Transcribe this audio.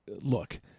look